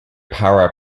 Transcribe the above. para